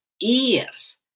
ears